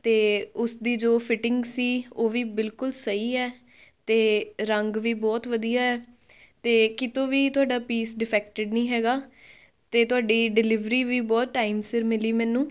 ਅਤੇ ਉਸਦੀ ਜੋ ਫੀਟਿੰਗ ਸੀ ਉਹ ਵੀ ਬਿਲਕੁਲ ਸਹੀ ਹੈ ਅਤੇ ਰੰਗ ਵੀ ਬਹੁਤ ਵਧੀਆ ਹੈ ਅਤੇ ਕਿਤੋਂ ਵੀ ਤੁਹਾਡਾ ਪੀਸ ਡਿਫੈਕਟਡ ਨਹੀਂ ਹੈਗਾ ਅਤੇ ਤੁਹਾਡੀ ਡਿਲੀਵਰੀ ਵੀ ਬਹੁਤ ਟਾਈਮ ਸਿਰ ਮਿਲੀ ਮੈਨੂੰ